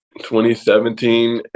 2017